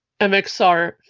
MXR